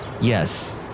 yes